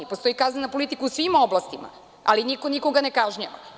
Postoji kaznena politika u svim oblastima, ali niko nikoga ne kažnjava.